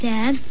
Dad